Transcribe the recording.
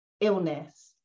illness